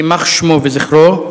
יימח שמו וזכרו.